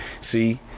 See